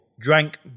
drank